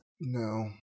No